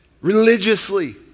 religiously